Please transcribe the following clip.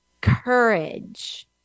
courage